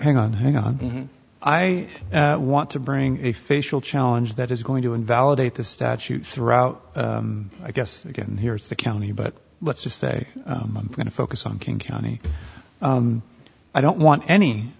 hang on hang on i want to bring a facial challenge that is going to invalidate the statute throughout i guess again here it's the county but let's just say i'm going to focus on king county i don't want any